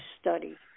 study